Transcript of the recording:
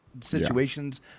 situations